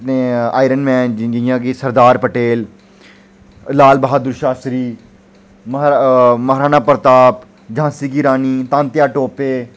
iron man जियां कि सरदार पटेल लाल बहादुर शास्तरी महा महाराणा प्रताप झांसी कि रानी तांतेआ टोपे